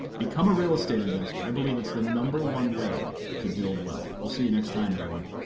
become a real estate investor. i believe it's the number one way to build wealth. we'll see you next time, everyone.